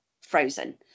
Frozen